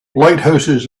lighthouses